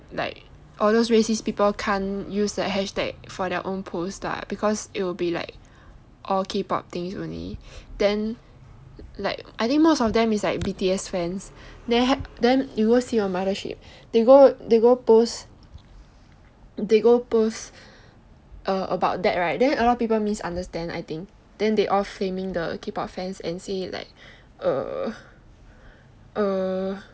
like all those racist people can't use that hashtag for their own post lah because it will be like all kpop things only then like most of them is like B_T_S fans then then you go see on mothership they go they go post they post about that right then a lot of people misunderstand I think they all flaming the kpop fans and say like err err